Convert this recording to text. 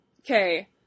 Okay